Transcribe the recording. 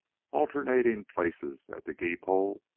alternating places at the gee-pole,